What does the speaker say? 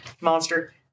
Monster